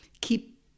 keep